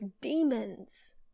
demons